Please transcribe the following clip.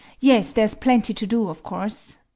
yes, there's plenty to do, of course.